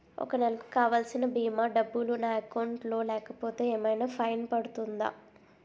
ఒక నెలకు కావాల్సిన భీమా డబ్బులు నా అకౌంట్ లో లేకపోతే ఏమైనా ఫైన్ పడుతుందా?